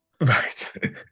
right